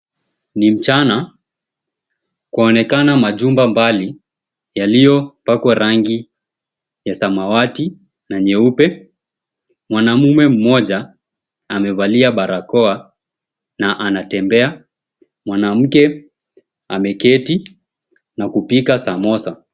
Ni mchana kuonekana majumba mbali yaliyo pakwa rangi ya samawati na nyeupe, mwanaume mmoja amevalia barakoa na anatembea. Mwanamke ameketi na kupika samosa.